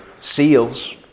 seals